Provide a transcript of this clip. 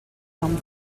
come